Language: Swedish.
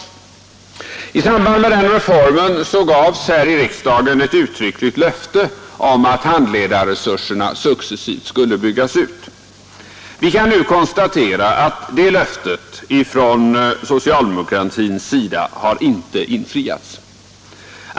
I samband med den reformen gavs här i riksdagen ett uttryckligt löfte om att handledarresurserna successivt skulle byggas ut. Vi kan nu konstatera att det löftet från socialdemokratins sida har inte infriats.